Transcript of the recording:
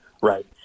Right